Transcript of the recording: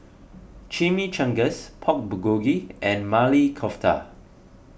Chimichangas Pork Bulgogi and Maili Kofta